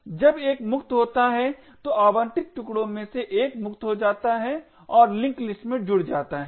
जब एक मुक्त होता है तो आवंटित टुकड़ों में से एक मुक्त हो जाता है और लिंक लिस्ट में जुड़ जाता है